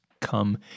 come